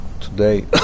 today